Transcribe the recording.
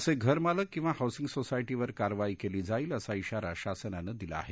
असे घरमालक किंवा हाऊसिंग सोसायटीवर कारवाई केली जाईल असा इशारा शासनानं दिला आहे